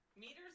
meters